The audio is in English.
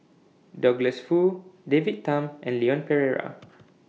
Douglas Foo David Tham and Leon Perera